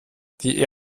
die